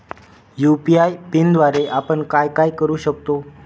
UPI पिनद्वारे आपण काय काय करु शकतो?